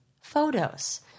photos